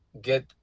get